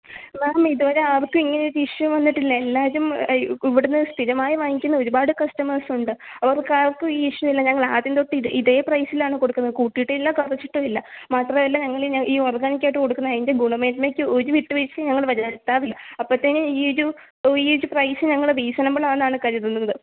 മാം ഇതുവരെ ആർക്കും ഇങ്ങനെ ഒരു ഇഷ്യൂ വന്നിട്ടില്ല എല്ലാവരും ഇവിടെനിന്ന് സ്ഥിരമായി വാങ്ങിക്കുന്ന ഒരുപാട് കസ്റ്റമേഴ്സുണ്ട് അവർക്കാർക്കും ഈ ഇഷ്യൂ ഇല്ല ഞങ്ങളാദ്യം തൊട്ട് ഇത് ഇതേ പ്രൈസിലാണ് കൊടുക്കുന്നത് കൂട്ടിയിട്ടില്ല കുറച്ചിട്ടുമില്ല മാത്രമല്ല ഞങ്ങൾ ഈ ഓർഗാനിക്കായിട്ട് കൊടുക്കുന്ന അതിൻ്റെ ഗുണമേന്മയ്ക്ക് ഒരു വിട്ടുവീഴ്ചയും ഞങ്ങൾ വരുത്താറില്ല അപ്പോഴത്തേന് ഈ ഒരു ഈ ഒരു പ്രൈസ് ഞങ്ങൾ റീസണബിളാണെന്നാണ് കരുതുന്നത്